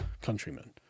countrymen